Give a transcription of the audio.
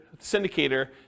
syndicator